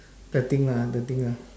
the thing lah the thing lah